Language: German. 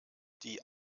die